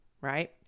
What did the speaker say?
right